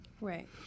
right